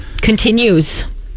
continues